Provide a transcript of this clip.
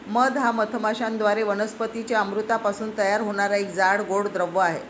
मध हा मधमाश्यांद्वारे वनस्पतीं च्या अमृतापासून तयार होणारा एक जाड, गोड द्रव आहे